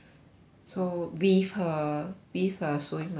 sew with her with her sewing machine